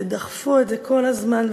שדחפו את זה כל הזמן,